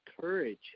courage